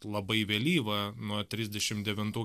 labai vėlyva nuo trisdešim devintų